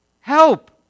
help